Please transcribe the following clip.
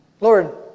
Lord